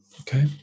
Okay